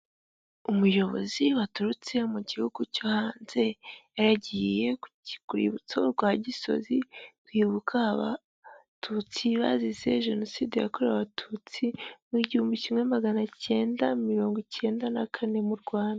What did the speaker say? Umuyobozi waturutse mu gihugu cyo hanze yagiye ku rwibutso rwa Gisozi kwibuka abatutsi bazize Jenoside yakorewe abatutsi muw'igihumbi kimwe maganacyenda mirongo icyenda na kane mu Rwanda.